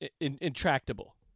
intractable